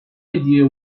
idea